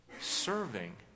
serving